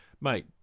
mate